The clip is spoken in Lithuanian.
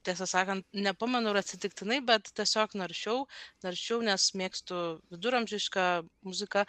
tiesą sakant nepamenu ar atsitiktinai bet tiesiog naršiau naršiau nes mėgstu viduramžišką muziką